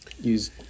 use